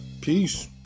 Peace